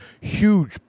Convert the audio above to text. huge